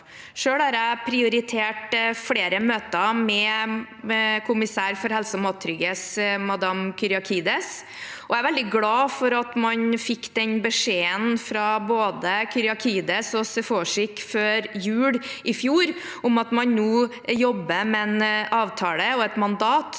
Selv har jeg prioritert flere møter med kommissæren for helse- og mattrygghet, madame Kyriakides, og jeg er veldig glad for at man fikk beskjed fra både Kyriakides og Sefcovic før jul i fjor om at man nå jobber med en avtale og et mandat,